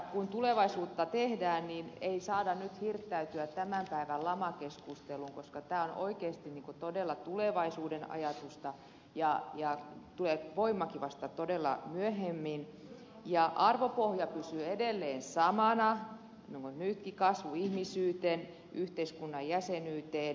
kun tulevaisuutta tehdään niin ei saa nyt hirttäytyä tämän päivän lamakeskusteluun koska tämä on oikeasti todella tulevaisuuden ajatusta ja tulee voimaankin vasta todella myöhemmin ja arvopohja pysyy edelleen samana niin kuin nytkin kasvu ihmisyyteen yhteiskunnan jäsenyyteen